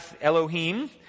Elohim